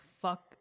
fuck